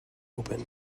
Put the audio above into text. open